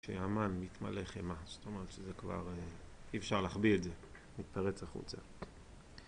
כשהמן מתמלא חימה, זאת אומרת שזה כבר אי אפשר להחביא את זה, מתפרץ החוצה